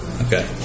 Okay